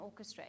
orchestrate